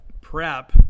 prep